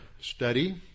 study